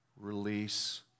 release